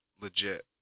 legit